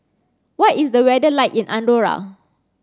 what is the weather like in Andorra